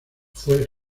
fue